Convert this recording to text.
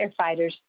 firefighters